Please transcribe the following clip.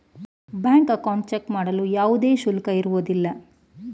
bank account check ಮಾಡಲು ಯಾವುದೇ ಶುಲ್ಕ ಇರುವುದಿಲ್ಲ